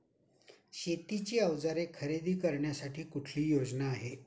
शेतीची अवजारे खरेदी करण्यासाठी कुठली योजना आहे?